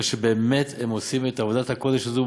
הם באמת עושים את עבודת הקודש הזאת